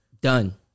Done